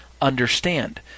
understand